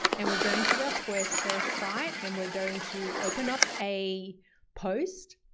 and we're going to our squarespace site and we're going to open up a post.